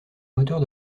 moteurs